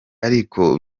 ariko